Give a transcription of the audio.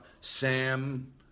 Sam